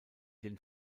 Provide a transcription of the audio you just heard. den